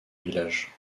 village